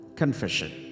confession